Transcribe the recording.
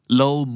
low